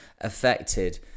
affected